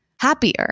happier